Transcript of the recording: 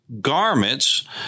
garments